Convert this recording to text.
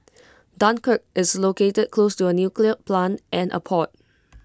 Dunkirk is located close to A nuclear plant and A port